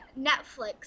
Netflix